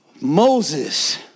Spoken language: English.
Moses